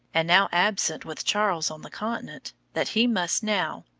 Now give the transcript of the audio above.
and now absent with charles on the continent, that he must now,